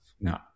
no